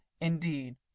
indeed